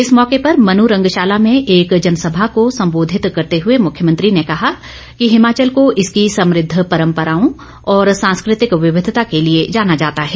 इस मौके पर मनरंगशाला में एक जनसभा को संबोधित करते हए मुख्यमंत्री ने कहा कि हिमाचल को इसकी समृद्ध परंपराओं और सांस्कृतिक विविधता के लिए जाना जाता है